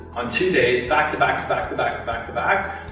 on two days, back, to back, to back, to back, to back, to back,